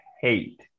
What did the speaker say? hate